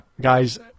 Guys